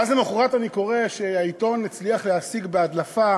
ואז למחרת אני קורא שהעיתון הצליח להשיג בהדלפה